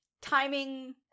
timing